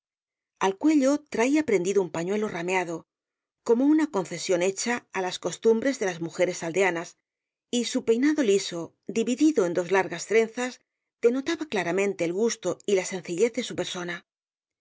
al cuello traía prendido un pañuelo rameado como una concesión hecha á las costumbres de las mujeres aldeanas y su peinado liso dividido en dos largas trenzas denotaba claramente el gusto y la sencillez de su persona